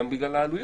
גם בגלל העלויות.